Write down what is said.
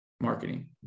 marketing